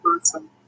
awesome